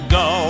go